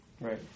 Right